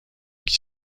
qui